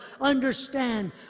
Understand